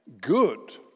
good